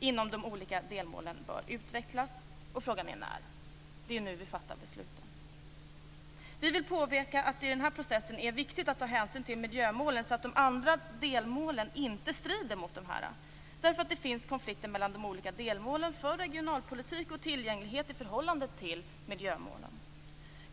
inom de olika delmålen bör utvecklas. Frågan är när. Det är nu vi fattar besluten! Vi i Vänsterpartiet vill påpeka att det är viktigt att ta hänsyn till miljömålen i den här processen. De andra delmålen får inte strida mot dem. Det finns nämligen konflikter mellan de olika delmålen för regionalpolitik och tillgänglighet i förhållande till miljömålen.